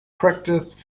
practiced